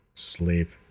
sleep